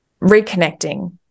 reconnecting